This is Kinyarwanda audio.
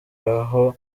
aho